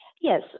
Yes